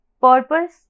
Purpose